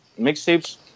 mixtapes